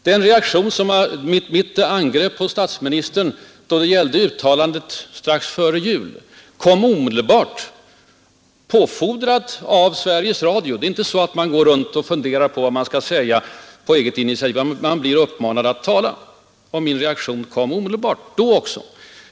Min kritik mot statsministern i fråga om uttalandet strax före jul kom omedelbart, påfordrat av Sveriges Radio. Man går inte alltid runt och funderar på om och vad man skall säga på eget initiativ. Man blir anmodad att tala. Min reaktion kom omedelbart även då.